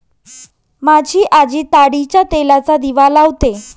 माझी आजी ताडीच्या तेलाचा दिवा लावते